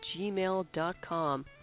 gmail.com